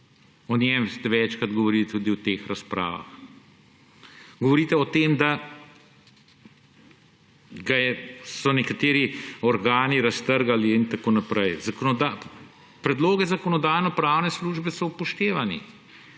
o njem večkrat govorite tudi v teh razpravah. Govorite o tem, da so predlog zakona nekateri organi raztrgali in tako naprej. Predlogi Zakonodajno-pravne službe so upoštevani,